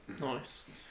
nice